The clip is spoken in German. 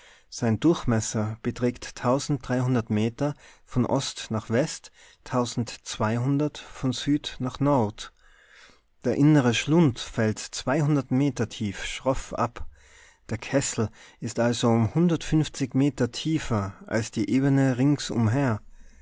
sein durchmesser beträgt meter von ost nach west von süd nach nord der innere schlund fällt meter tief schroff ab der kessel ist also um meter tiefer als die ebene rings